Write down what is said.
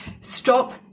Stop